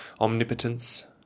omnipotence